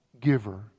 giver